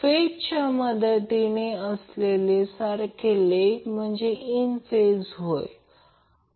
फेजच्या मदतीने असलेले सारखे लेग म्हणजे इन फेज होय